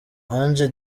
ange